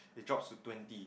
it drops to twenty